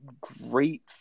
great